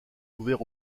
ouvert